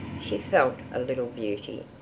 she felt a little beauty.